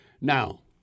Now